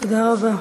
תודה רבה.